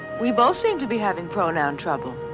we both seem to be having pronoun trouble.